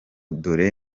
dore